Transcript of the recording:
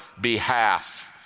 behalf